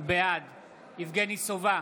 בעד יבגני סובה,